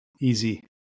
Easy